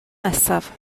nesaf